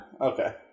Okay